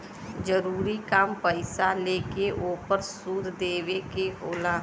जरूरी काम पईसा लेके ओपर सूद देवे के होला